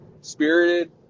spirited